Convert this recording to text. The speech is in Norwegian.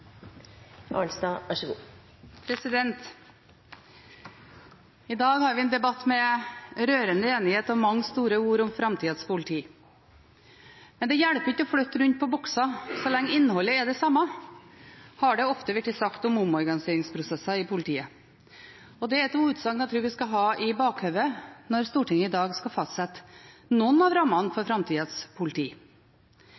Arnstad hadde. Replikkordskiftet er omme. I dag har vi en debatt med rørende enighet og mange store ord om framtidas politi. Men det hjelper ikke å flytte rundt på bokser så lenge innholdet er det samme, har det ofte vært sagt om omorganiseringsprosesser i politiet. Det er et utsagn jeg tror vi skal ha i bakhodet når Stortinget i dag skal fastsette noen av rammene for framtidas politi.